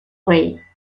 ray